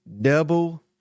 Double